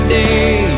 day